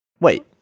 Wait